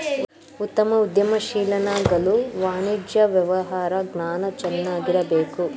ಉತ್ತಮ ಉದ್ಯಮಶೀಲನಾಗಲು ವಾಣಿಜ್ಯ ವ್ಯವಹಾರ ಜ್ಞಾನ ಚೆನ್ನಾಗಿರಬೇಕು